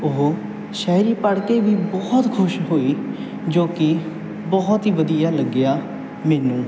ਉਹ ਸ਼ਾਇਰੀ ਪੜ੍ਹ ਕੇ ਵੀ ਬਹੁਤ ਖੁਸ਼ ਹੋਈ ਜੋ ਕਿ ਬਹੁਤ ਹੀ ਵਧੀਆ ਲੱਗਿਆ ਮੈਨੂੰ